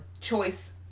choice